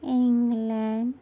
England